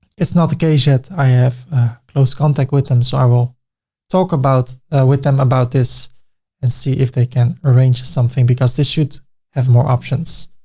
it's not the case yet. i have a close contact with them. so i will talk about with them about this and see if they can arrange something because this should have more options.